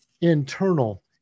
internal